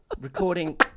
recording